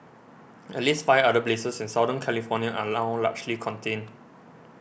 at least five other blazes in Southern California are now largely contained